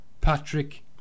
Patrick